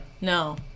No